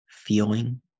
feeling